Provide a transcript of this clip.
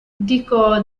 dico